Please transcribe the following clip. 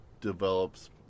develops